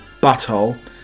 butthole